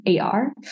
ar